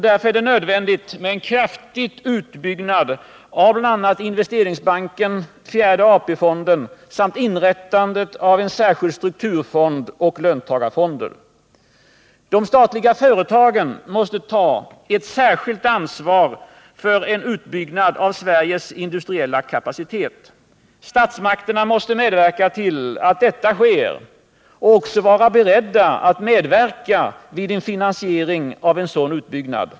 Därför är det nödvändigt med en kraftig utbyggnad av bl.a. Investeringsbanken och fjärde AP-fonden samt inrättandet av en särskild strukturfond och löntagarfonder. De statliga företagen måste ta ett särskilt ansvar för en utbyggnad av Sveriges industriella kapacitet. Statsmakterna måste medverka till att detta sker och vara beredda att medverka vid finansieringen av en sådan utbyggnad.